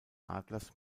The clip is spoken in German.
adlers